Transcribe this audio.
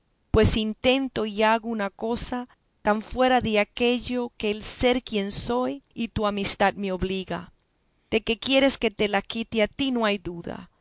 pues intento y hago una cosa tan fuera de aquello que el ser quien soy y tu amistad me obliga de que quieres que te la quite a ti no hay duda